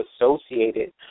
associated